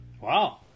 wow